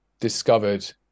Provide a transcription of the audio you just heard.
discovered